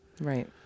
Right